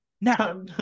Now